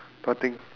what thing